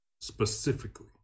specifically